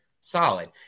solid